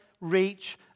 Reach